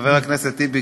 חבר הכנסת טיבי,